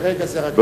ברגע זה,